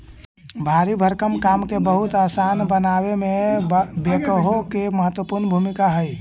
भारी भरकम काम के बहुत असान बनावे में बेक्हो के महत्त्वपूर्ण भूमिका हई